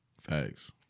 Facts